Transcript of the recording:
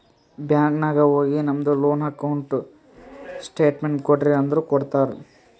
bank ನಾಗ್ ಹೋಗಿ ನಮ್ದು ಲೋನ್ ಅಕೌಂಟ್ ಸ್ಟೇಟ್ಮೆಂಟ್ ಕೋಡ್ರಿ ಅಂದುರ್ ಕೊಡ್ತಾರ್